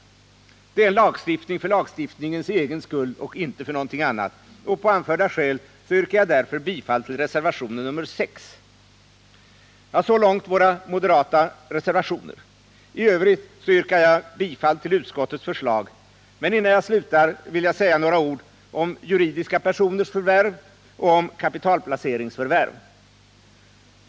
Det är lagstiftning för lagstiftningens egen skull och ingenting annat. På anförda skäl yrkar jag bifall till reservationen 6. Så långt våra moderata reservationer. I övrigt yrkar jag bifall till utskottets förslag, men innan jag slutar vill jag säga några ord om juridiska personers förvärv och om kapitalplaceringsförvärv.